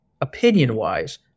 opinion-wise